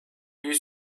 lui